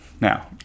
Now